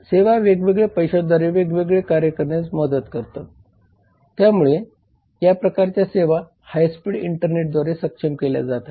पहिला म्हणजे संभाव्य व्यवसाय कायदा आहे आणि दुसरा संभाव्य विशेष इंटरेस्ट ग्रुपचे कार्य आहे